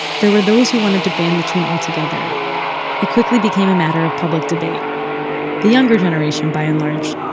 there were those who wanted to ban the tune altogether it quickly became a matter of public debate the younger generation, by and large,